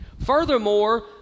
Furthermore